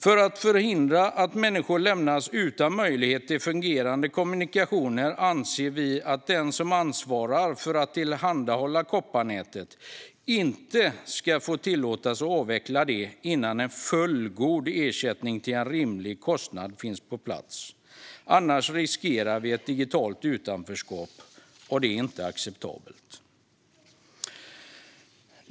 För att förhindra att människor lämnas utan möjlighet till fungerande kommunikationer anser vi att den som ansvarar för att tillhandahålla kopparnätet inte ska tillåtas att avveckla detta innan en fullgod ersättning till en rimlig kostnad finns på plats. Annars riskerar vi ett digitalt utanförskap, och det är inte acceptabelt.